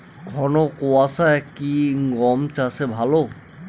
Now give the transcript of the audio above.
ঘন কোয়াশা কি গম চাষে ভালো?